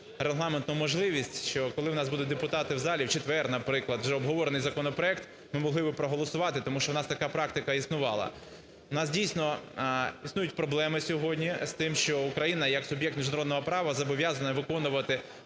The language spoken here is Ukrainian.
регламентну можливість, що, коли у нас будуть депутати в залі, в четвер, наприклад, вже обговорений законопроект ми могли би проголосувати, тому що у нас така практика існувала. У нас дійсно існують проблеми сьогодні з тим, що Україна як суб'єкт міжнародного права зобов'язана виконувати,